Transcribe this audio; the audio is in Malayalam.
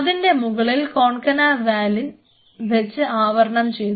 അതിൻറെ മുകളിൽ കോൺകന വാലിൻ വെച്ച് ആവരണം ചെയ്തു